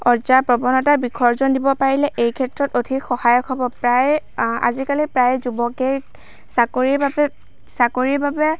অৰ্জাৰ প্ৰৱণতা বিসৰ্জন দিব পাৰিলে এই ক্ষেত্ৰত অধিক সহায়ক হ'ব প্ৰায় আজিকালি প্ৰায় যুৱকে চাকৰিৰ বাবে চাকৰিৰ বাবে